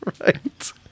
right